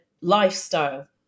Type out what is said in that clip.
lifestyle